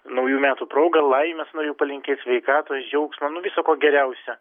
naujų metų proga laimės norėjau palinkėt sveikatos džiaugsmo nu viso ko geriausia